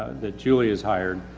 that julie has hired,